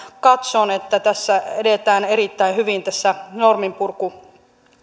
katson että tässä edetään erittäin hyvin tässä norminpurkuasiassa